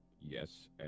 Yes